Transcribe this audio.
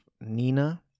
Nina